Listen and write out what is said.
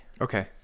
Okay